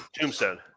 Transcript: Tombstone